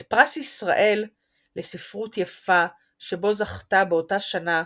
את פרס ישראל לספרות יפה שבו זכתה באותה שנה,